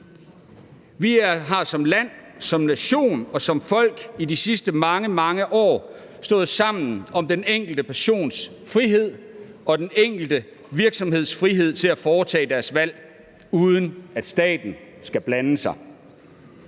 Vi har som land, som nation og som folk i de sidste mange, mange år stået sammen om den enkelte persons frihed og den enkelte virksomheds frihed til at foretage deres valg, uden at staten skal blande sig.